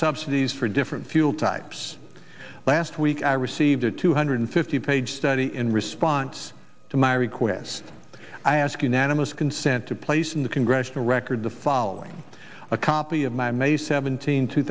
subsidies for different fuel types last week i received a two hundred fifty page study in response to my request i ask unanimous consent to place in the congressional record the following a copy of my may seventeenth two